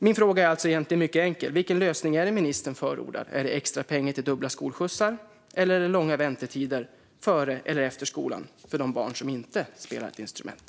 Min fråga är egentligen mycket enkel: Vilken lösning är det ministern förordar? Är det extra pengar till dubbla skolskjutsar, eller är det långa väntetider före eller efter skolan för de barn som inte spelar ett instrument?